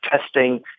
testing